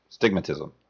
Stigmatism